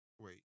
Wait